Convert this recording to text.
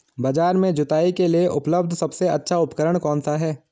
बाजार में जुताई के लिए उपलब्ध सबसे अच्छा उपकरण कौन सा है?